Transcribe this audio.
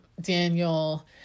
Daniel